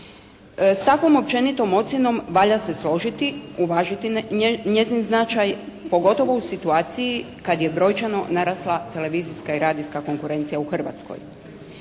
S takvom općenitom ocjenom valja se složiti, uvažiti njezin značaj, pogotovo u situaciji kad je brojčano narasla televizijska i radijska konkurencija u Hrvatskoj.